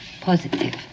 Positive